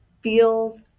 feels